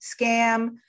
scam